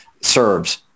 serves